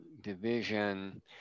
division